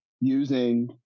using